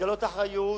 לגלות אחריות